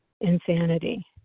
insanity